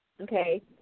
okay